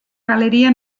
galeria